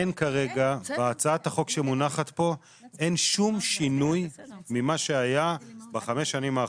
כרגע בהצעת החוק שמונחת פה אין שום שינוי ממה שהיה בחמש השנים האחרונות,